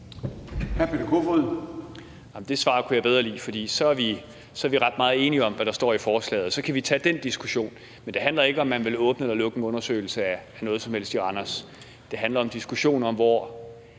Peter Kofod (DF): Det svar kunne jeg bedre lide, for så er vi ret meget enige om, hvad der står i forslaget, og så kan vi tage den diskussion. Det handler ikke om, om man vil åbne eller lukke en undersøgelse af noget som helst i Randers. Det handler om en diskussion om, hvor